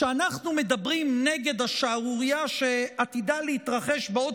כשאנחנו מדברים נגד השערורייה שעתידה להתרחש בעוד